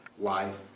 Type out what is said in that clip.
Life